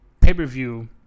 Pay-per-view